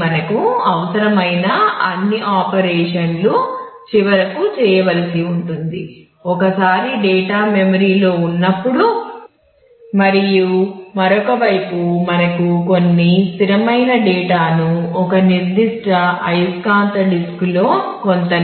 మనకు మెమరీలో కొంత